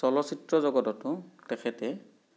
চলচিত্ৰ জগততো তেখেতে